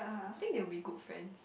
I think they will be good friends